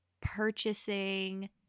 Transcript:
purchasing